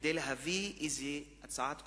כדי להביא איזו הצעת חוק.